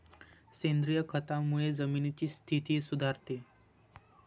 सेंद्रिय खतामुळे जमिनीची स्थिती सुधारते